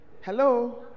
Hello